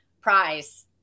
prize